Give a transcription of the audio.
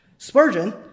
Spurgeon